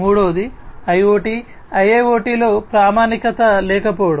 మూడవది IoT IIoT లో ప్రామాణికత లేకపోవడం